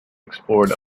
explored